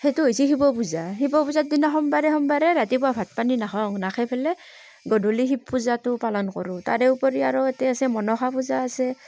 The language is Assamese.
সেইটো হৈছে শিৱ পূজা শিৱ পূজাৰ দিনাখন সোমবাৰে সোমবাৰে ৰাতিপুৱা ভাত পানী নাখাওঁ নাখাই পেলাই গধূলি শিৱ পূজাটো পালন কৰোঁ তাৰে উপৰি আৰু ইয়াতে আছে মনসা পূজা আছে